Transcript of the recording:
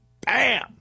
Bam